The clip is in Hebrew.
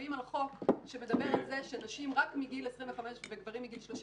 שכשמצביעים על חוק שמדבר על זה שנשים רק מגיל 25 וגברים מגיל 35